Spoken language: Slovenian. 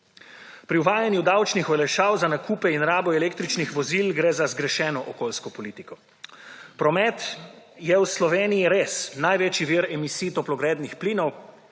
Pri uvajanju davčnih olajšav za nakupe in rabo električnih vozil gre za zgrešeno okoljsko politiko. Promet je v Sloveniji res največji vir emisij toplogrednih plinov,